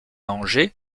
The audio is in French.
angers